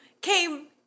came